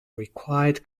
required